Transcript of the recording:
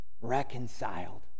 reconciled